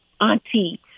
Auntie